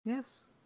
Yes